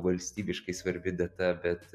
valstybiškai svarbi data bet